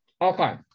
Okay